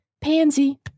Pansy